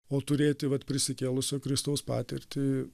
o turėti vat prisikėlusio kristaus patirtį